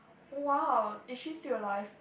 !wow! is she still alive